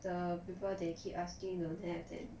the people they keep asking don't have then